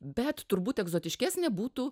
bet turbūt egzotiškesnė būtų